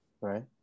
right